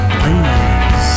please